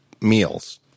meals